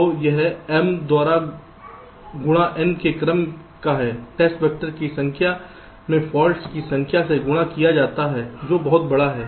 तो यह m द्वारा गुणा n के क्रम का है टेस्ट वैक्टर की संख्या में फॉल्ट्स की संख्या से गुणा किया जाता है जो बहुत बड़ा है